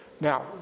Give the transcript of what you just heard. Now